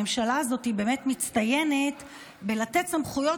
הממשלה הזאת באמת מצטיינת בלתת סמכויות